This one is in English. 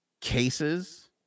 cases